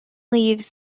leaves